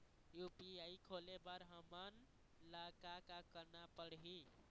UPI खोले बर हमन ला का का करना पड़ही?